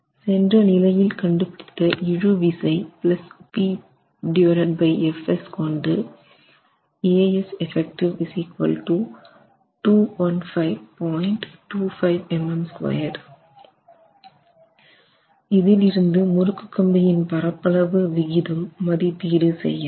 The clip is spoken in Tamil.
சென்ற நிலையில் கண்டுபிடித்த இழுவிசை PFs கொண்டு இதில் இருந்து முறுக்கு கம்பியின் பரப்பளவு விகிதம் மதிப்பீடு செய்யலாம்